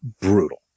brutal